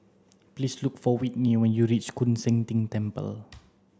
please look for Whitney when you reach Koon Seng Ting Temple